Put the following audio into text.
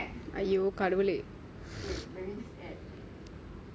ஐயோ கடவுளே:aiyo kadavuley